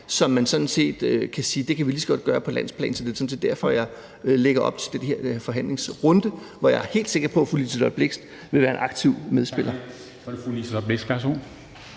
som man sådan set kan sige at vi lige så godt kan gøre på landsplan. Det er sådan set derfor, jeg lægger op til den her forhandlingsrunde, hvor jeg er helt sikker på, at fru Liselott Blixt vil være en aktiv medspiller.